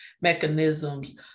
mechanisms